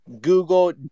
Google